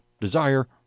desire